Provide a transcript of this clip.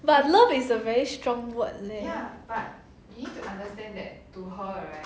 but love is a very strong word leh